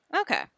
Okay